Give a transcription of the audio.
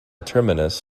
terminus